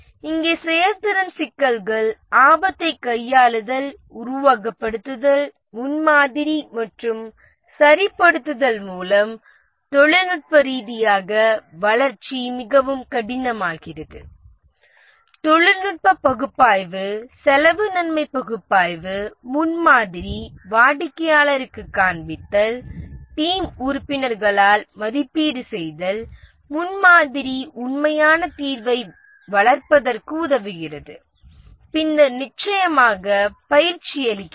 இங்கே செயல்திறன் சிக்கல்கள் ஆபத்தை கையாளுதல் உருவகப்படுத்துதல் முன்மாதிரி மற்றும் சரிப்படுத்தும் மூலம் தொழில்நுட்ப ரீதியாக வளர்ச்சி மிகவும் கடினமாகிறது தொழில்நுட்ப பகுப்பாய்வு செலவு நன்மை பகுப்பாய்வு முன்மாதிரி வாடிக்கையாளருக்குக் காண்பித்தல் டீம் உறுப்பினர்களால் மதிப்பீடு செய்தல் முன்மாதிரி உண்மையான தீர்வை வளர்ப்பதற்கு உதவுகிறது பின்னர் நிச்சயமாக பயிற்சி அளிக்கிறது